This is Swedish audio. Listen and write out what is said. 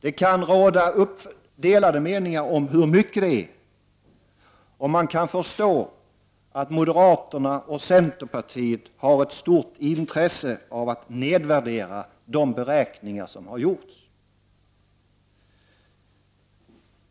Det kan råda delade meningar om hur mycket det är, och jag kan förstå att moderaterna och centerpartiet har ett stort intresse av att nedvärdera de beräkningar som har gjorts.